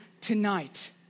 tonight